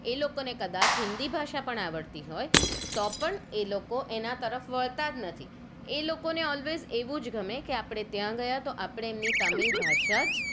એ લોકોને કદાચ હિન્દી ભાષા પણ આવડતી હોય તો પણ એ લોકો એના તરફ વળતા જ નથી એ લોકોને ઓલવેઝ એવું જ ગમે કે આપણે ત્યાં ગયા તો આપણે એમની તમિલ ભાષા જ